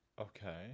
Okay